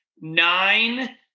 nine